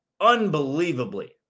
unbelievably